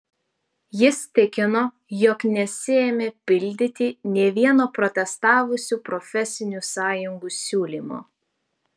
jis tikino jog nesiėmė pildyti nė vieno protestavusių profesinių sąjungų siūlymo